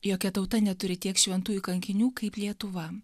jokia tauta neturi tiek šventųjų kankinių kaip lietuva